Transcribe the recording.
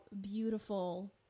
beautiful